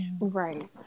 Right